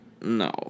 No